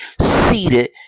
seated